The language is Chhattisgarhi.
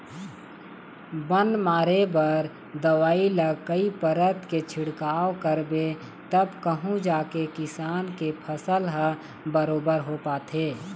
बन मारे बर दवई ल कई परत के छिड़काव करबे तब कहूँ जाके किसान के फसल ह बरोबर हो पाथे